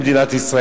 במדינת ישראל,